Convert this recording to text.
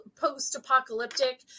post-apocalyptic